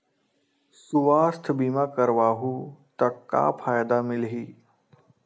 सुवास्थ बीमा करवाहू त का फ़ायदा मिलही?